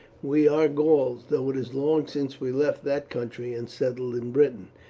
we are gauls, though it is long since we left that country and settled in britain.